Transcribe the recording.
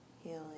Healing